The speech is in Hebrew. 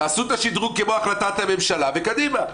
תעשו את השדרוג כמו החלטת הממשלה וקדימה.